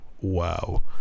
Wow